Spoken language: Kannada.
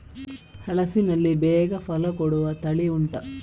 ಹಲಸಿನಲ್ಲಿ ಬೇಗ ಫಲ ಕೊಡುವ ತಳಿ ಉಂಟಾ